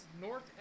north